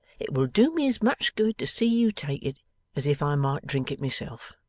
it will do me as much good to see you take it as if i might drink it myself